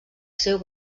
seu